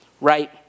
right